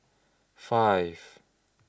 five